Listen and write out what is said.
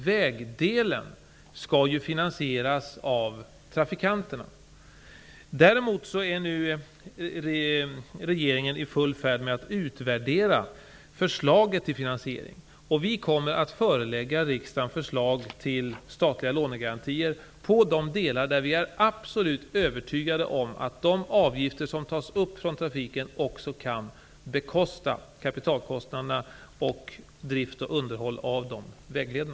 Vägdelen skall ju finansieras av trafikanterna. Däremot är regeringen nu i full färd med att utvärdera förslaget till finansiering. Vi kommer att förelägga riksdagen förslag till statliga lånegarantier på de delar där vi är absolut övertygade om att de avgifter som tas av trafiken också kan täcka kapitalkostnaderna samt bekosta drift och underhåll av dessa vägleder.